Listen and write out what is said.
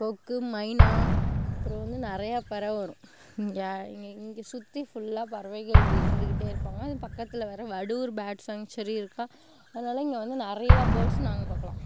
கொக்கு மைனா அப்புறம் வந்து நிறையா பறவை வரும் இங்கே இங்கே சுற்றி ஃபுல்லாக பறவைகள் இருந்துகிட்டே இருக்கும் இது பக்கத்தில் வேறு வடுவூர் பேர்ட் ஸ்சான்ச்சுரி இருக்கா அதனால் இங்கே வந்து நிறையா பேர்ட்ஸ் நாங்கள் பார்க்கலாம்